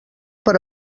per